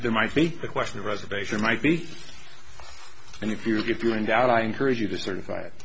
there might be a question of reservation might be and if you if you're in doubt i encourage you to certify it